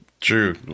True